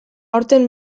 aurten